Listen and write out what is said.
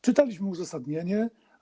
Czytaliśmy uzasadnienie.